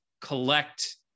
collect